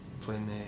playing